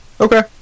Okay